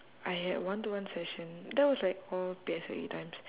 I had one to one session that was like all P_S_L_E times